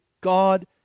God